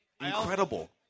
Incredible